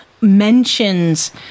mentions